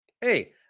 Hey